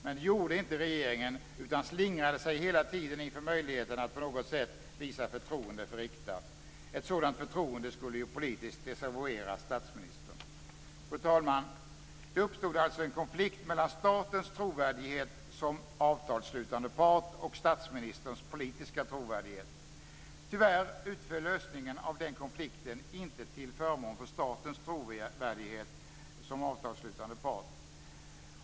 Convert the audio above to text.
Men det gjorde inte regeringen utan man slingrade sig hela tiden inför möjligheten att på något sätt visa förtroende för Rikta. Ett sådant förtroende skulle ju politiskt desavouera statsministern. Fru talman! Det uppstod alltså en konflikt mellan statens trovärdighet som avtalsslutande part och statsministerns politiska trovärdighet. Tyvärr utföll lösningen av den konflikten inte till förmån för statens trovärdighet som avtalsslutande part.